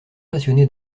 passionné